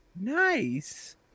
nice